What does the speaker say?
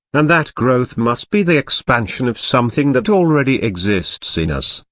and that growth must be the expansion of something that already exists in us,